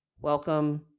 Welcome